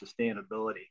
sustainability